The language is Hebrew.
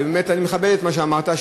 ובאמת אני מכבד את מה שאמרת,